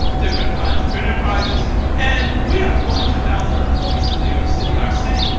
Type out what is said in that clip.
different kinds of enterprises and we have four hundred thousand employees in new york city. our city,